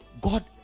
God